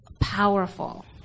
powerful